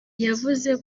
yavuze